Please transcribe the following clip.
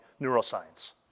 neuroscience